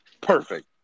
Perfect